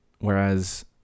Whereas